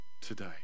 today